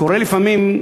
קורה לפעמים,